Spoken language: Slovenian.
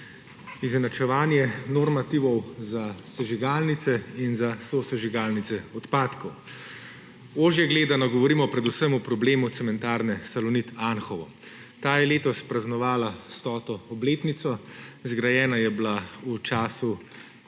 izenačevanje normativov za sežigalnice in za sosežigalnice odpadkov. Ožje gledano, govorimo predvsem o problemu cementarne Salonit Anhovo. Ta je letos praznovala 100. obletnico. Zgrajena je bila v času,